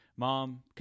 Mom